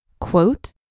quote